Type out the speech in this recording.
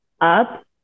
up